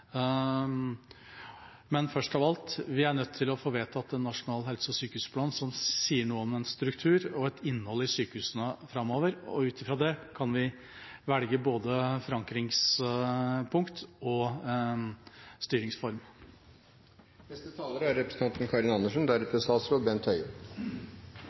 men først av alt er vi nødt til å få vedtatt en nasjonal helse- og sykehusplan som sier noe om en struktur og et innhold i sykehusene framover, og ut ifra det kan vi velge både forankringspunkt og styringsform.